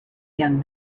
young